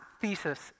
thesis